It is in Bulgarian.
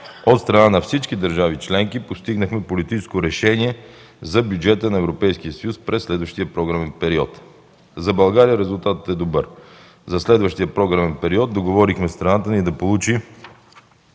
от страна на всички държави членки постигнахме политическо решение за бюджета на Европейския съюз през следващия програмен период. За България резултатът е добър. За следващия програмен период договорихме страната ни да получи